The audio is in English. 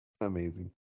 Amazing